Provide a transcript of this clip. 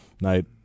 night